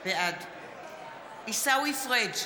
בעד עיסאווי פריג'